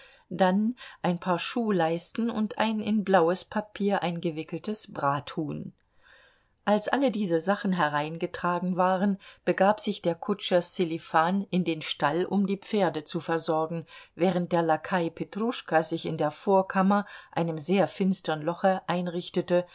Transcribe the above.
dann ein paar schuhleisten und ein in blaues papier eingewickeltes brathuhn als alle diese sachen hereingetragen waren begab sich der kutscher sselifan in den stall um die pferde zu versorgen während der lakai petruschka sich in der vorkammer einem sehr finstern loche einrichtete